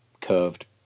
curved